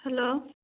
hello